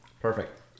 Perfect